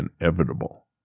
inevitable